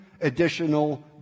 additional